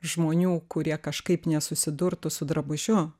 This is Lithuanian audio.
žmonių kurie kažkaip nesusidurtų su drabužiu